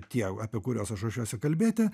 tie apie kuriuos aš ruošiuosi kalbėti